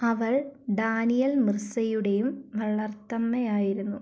അവൾ ഡാനിയൽ മിർസയുടെയും വളർത്തമ്മയായിരുന്നു